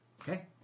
Okay